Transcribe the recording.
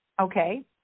Okay